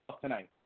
tonight